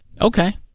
Okay